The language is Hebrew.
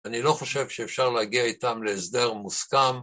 אני לא חושב שאפשר להגיע איתם להסדר מוסכם.